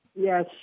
Yes